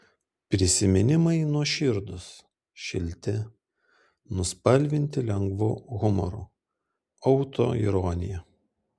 prisiminimai nuoširdūs šilti nuspalvinti lengvu humoru autoironija